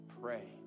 pray